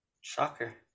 Shocker